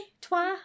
toi